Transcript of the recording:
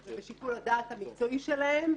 בשיקול הדעת המקצועי שלהם,